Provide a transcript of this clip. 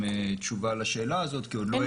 המשפטים תשובה לשאלה הזאת, כי עוד לא העלינו.